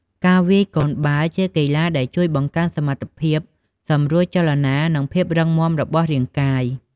ការវាយកូនបាល់ ជាកីឡាដែលជួយបង្កើនសមត្ថភាពសម្រួលចលនា និងភាពរឹងមាំរបស់រាងកាយ។